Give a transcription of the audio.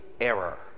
error